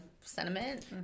sentiment